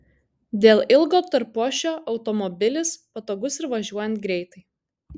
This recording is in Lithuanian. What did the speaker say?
dėl ilgo tarpuašio automobilis patogus ir važiuojant greitai